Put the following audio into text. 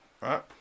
right